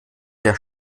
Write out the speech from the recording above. der